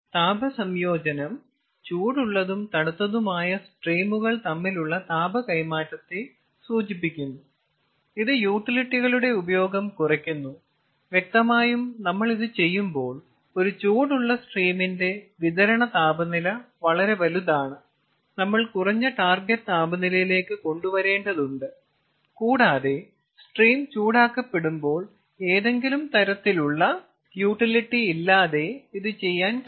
താപ സംയോജനം ചൂടുള്ളതും തണുത്തതുമായ സ്ട്രീമുകൾ തമ്മിലുള്ള താപ കൈമാറ്റത്തെ സൂചിപ്പിക്കുന്നു ഇത് യൂട്ടിലിറ്റികളുടെ ഉപയോഗം കുറയ്ക്കുന്നു വ്യക്തമായും നമ്മൾ ഇത് ചെയ്യുമ്പോൾ ഒരു ചൂടുള്ള സ്ട്രീമിന്റെ വിതരണ താപനില വളരെ വലുതാണ് നമ്മൾ കുറഞ്ഞ ടാർഗെറ്റ് താപനിലയിലേക്ക് കൊണ്ട് വരേണ്ടതുണ്ട് കൂടാതെ സ്ട്രീം ചൂടാക്കപ്പെടുമ്പോൾ ഏതെങ്കിലും തരത്തിലുള്ള യൂട്ടിലിറ്റിയില്ലാതെ ഇത് ചെയ്യാൻ കഴിയും